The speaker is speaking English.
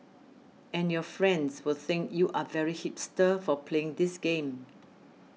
and your friends will think you are very hipster for playing this game